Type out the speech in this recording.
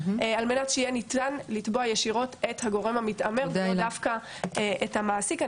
כדי שיהיה ניתן לתבוע ישירות את הגורם המתעמר ולא דווקא את המעסיק.